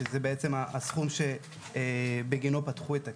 שזה בעצם הסכום שבגינו פתחו את הקרן.